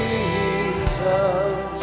Jesus